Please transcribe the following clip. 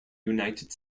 united